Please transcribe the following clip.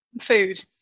Food